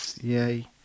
Yay